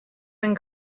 been